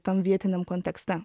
tam vietiniam kontekste